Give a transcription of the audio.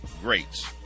greats